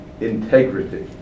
integrity